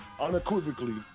Unequivocally